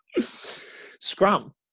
Scrum